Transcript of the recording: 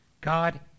God